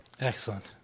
Excellent